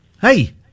Hey